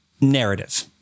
narrative